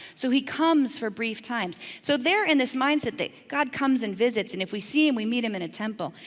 so he comes for brief times. so they're in this mindset that god comes and visits and if we see him, we meet him in a temple.